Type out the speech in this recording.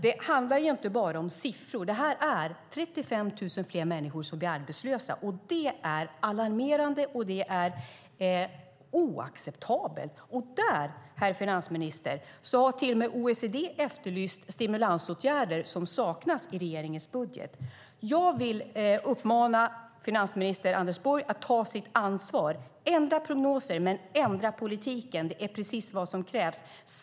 Det handlar som sagt inte bara om siffror. Det är 35 000 fler människor som blir arbetslösa. Det är alarmerande, och det är oacceptabelt. Och där, herr finansminister, har till och med OECD efterlyst stimulansåtgärder, som saknas i regeringens budget. Jag vill uppmana finansminister Anders Borg att ta sitt ansvar. Det är ändrade prognoser. Ändra politiken! Det är precis vad som krävs.